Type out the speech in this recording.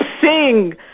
sing